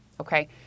Okay